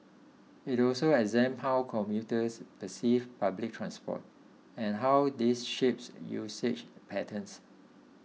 it also examined how commuters perceive public transport and how this shapes usage patterns